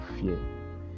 fear